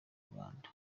rwanda